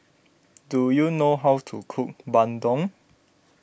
do you know how to cook Bandung